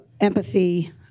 empathy